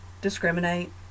discriminate